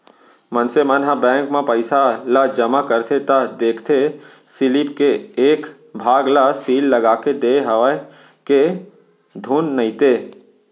मनसे मन ह बेंक म पइसा ल जमा करथे त देखथे सीलिप के एक भाग ल सील लगाके देय हवय के धुन नइते